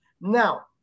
Now